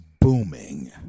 booming